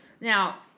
Now